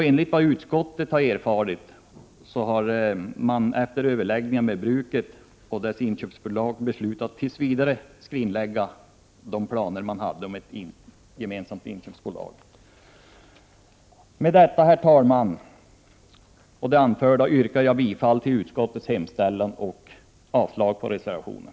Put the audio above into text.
Enligt vad utskottet har erfarit har man där efter överläggningar med bruket och dess inköpsbolag beslutat att tills vidare skrinlägga planerna på ett gemensamt inköpsbolag. Herr talman! Med det anförda yrkar jag bifall till utskottets hemställan och avslag på reservationen.